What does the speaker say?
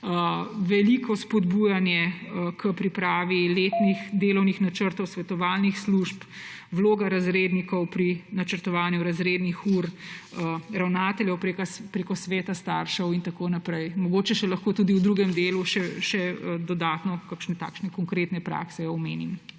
veliko spodbujanje k pripravi letnih delovnih načrtov, svetovalnih služb, vloga razrednikov pri načrtovanju razrednih ur, ravnateljev prek sveta staršev in tako naprej. Mogoče lahko v drugem delu še dodatno kakšne takšne konkretne prakse omenim.